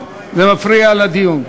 זה מפריע לדיון.